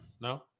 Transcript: No